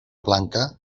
blanca